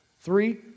Three